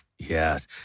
Yes